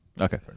Okay